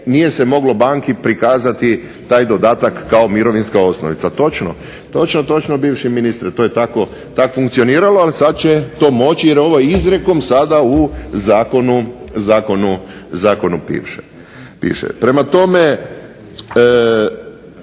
nije se moglo banki prikazati taj dodatak kao mirovinska osnovica. Točno, točno, bivši ministre, to je tako funkcioniralo, ali sada će to moći jer ovo izrijekom sada u zakonu piše. Prema tome,